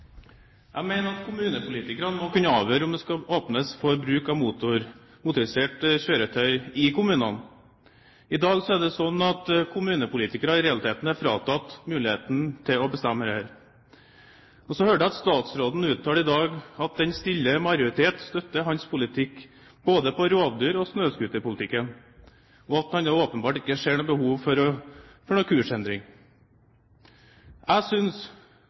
Jeg mener at kommunepolitikerne må kunne avgjøre om det skal åpnes for bruk av motorisert kjøretøy i kommunene. I dag er det sånn at kommunepolitikere i realiteten er fratatt muligheten til å bestemme dette. Så hørte jeg at statsråden i dag uttalte at den stille majoritet støtter hans politikk, både rovdyr- og snøscooterpolitikken, og han ser da åpenbart ikke behov for noen kursendring. Jeg synes